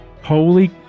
Holy